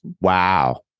Wow